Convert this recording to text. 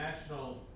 National